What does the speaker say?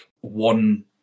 one